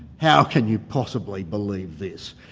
how can you possibly believe this?